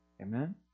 Amen